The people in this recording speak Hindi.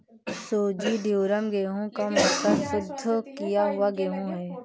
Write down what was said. सूजी ड्यूरम गेहूं का मोटा, शुद्ध किया हुआ गेहूं है